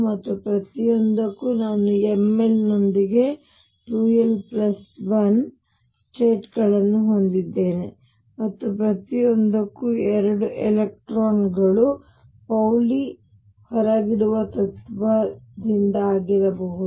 ಮತ್ತು ಪ್ರತಿಯೊಂದಕ್ಕೂ ನಾನು ml ನೊಂದಿಗೆ 2l1 ಸ್ಟೇಟ್ ಗಳನ್ನು ಹೊಂದಿದ್ದೇನೆ ಮತ್ತು ಪ್ರತಿಯೊಂದಕ್ಕೂ ಎರಡು ಎಲೆಕ್ಟ್ರಾನ್ಗಳು ಪೌಲಿ ಹೊರಗಿಡುವ ತತ್ತ್ವದಿಂದಾಗಿರಬಹುದು